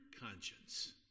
Conscience